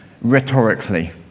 rhetorically